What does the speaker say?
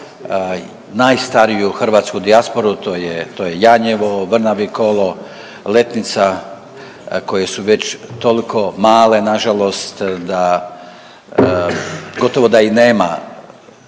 najstariju hrvatsku dijasporu to je Janjevo, Vrnavokolo, Letnica koje su već toliko male na žalost da gotovo da i nema